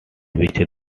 which